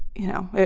you know,